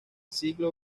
siglo